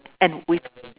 and with